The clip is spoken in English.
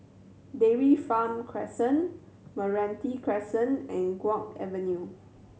Dairy Farm Crescent Meranti Crescent and Guok Avenue